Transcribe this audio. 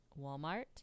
Walmart